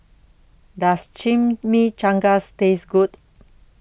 Does Chimichangas Taste Good